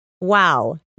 Wow